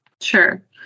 Sure